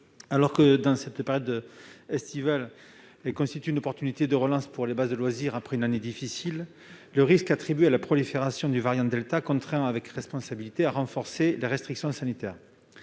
Alors que cette période estivale constitue une occasion de relance pour les bases de loisirs, après une année difficile, le risque attribué à la prolifération du variant delta contraint avec responsabilité à renforcer les restrictions sanitaires.